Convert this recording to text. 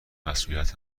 مسئولیت